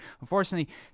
unfortunately